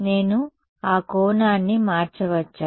నేను ఆ కోణాన్ని మార్చవచ్చా